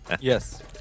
Yes